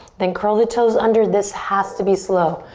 then curl the toes under. this has to be slow.